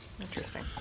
Interesting